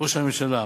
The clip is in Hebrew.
ראש הממשלה,